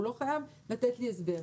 הוא לא חייב לתת לי הסבר.